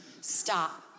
stop